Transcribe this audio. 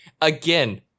again